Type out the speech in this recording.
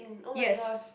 yes